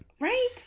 Right